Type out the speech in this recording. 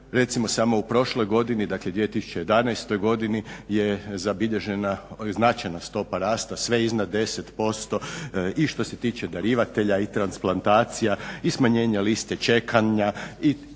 Recimo samo u prošloj godini, dakle u 2011. godini je zabilježena značajna stopa rasta sve iznad 10% i što se tiče darivatelja i transplantacija i smanjenja liste čekanja